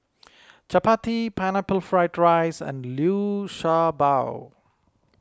Chappati Pineapple Fried Rice and Liu Sha Bao